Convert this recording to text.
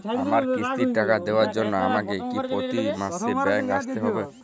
আমার কিস্তির টাকা দেওয়ার জন্য আমাকে কি প্রতি মাসে ব্যাংক আসতে হব?